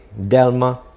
delma